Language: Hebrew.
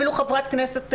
אפילו חברת כנסת,